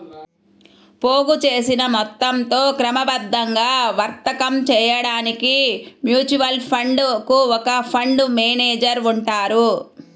పోగుచేసిన మొత్తంతో క్రమబద్ధంగా వర్తకం చేయడానికి మ్యూచువల్ ఫండ్ కు ఒక ఫండ్ మేనేజర్ ఉంటారు